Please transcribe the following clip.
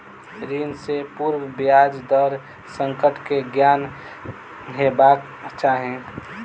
ऋण सॅ पूर्व ब्याज दर संकट के ज्ञान हेबाक चाही